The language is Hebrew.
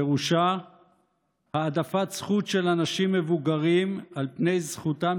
פירושה העדפת זכות של אנשים מבוגרים על פני זכותם